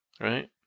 right